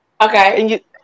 Okay